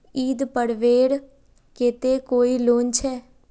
ईद पर्वेर केते कोई लोन छे?